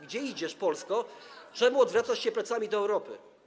Gdzie idziesz, Polsko, czemu odwracasz się plecami do Europy?